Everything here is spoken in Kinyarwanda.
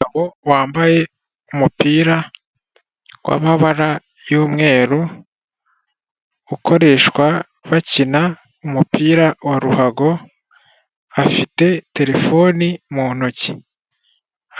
Umugabo wambaye umupira wamabara y'umweru ukoreshwa bakina umupira wa ruhago afite telefoni mu ntoki.